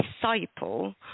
Disciple